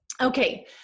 okay